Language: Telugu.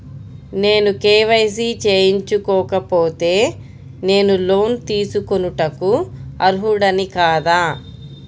నేను కే.వై.సి చేయించుకోకపోతే నేను లోన్ తీసుకొనుటకు అర్హుడని కాదా?